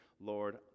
Lord